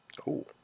Cool